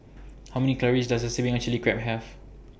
How Many Calories Does A Serving of Chili Crab Have